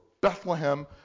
Bethlehem